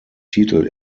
titel